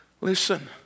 Listen